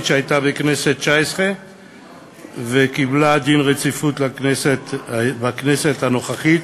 שהייתה בכנסת התשע-עשרה ועברה דין רציפות בכנסת הנוכחית,